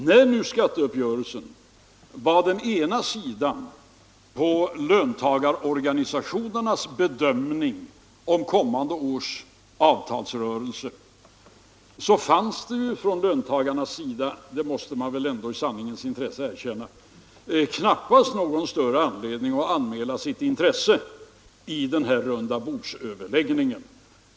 När nu skatteuppgörelsen var dén ena faktorn vid löntagarorganisationernas bedömning av kommande års avtalsrörelse, fanns det ju från löntagarsidan, det måste väl i sanningens intresse erkännas, knappast någon större anledning att anmäla sitt intresse vid den här rundabordsöverläggningen.